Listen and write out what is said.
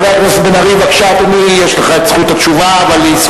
ההצעה לכלול את הנושא בסדר-היום של הכנסת נתקבלה.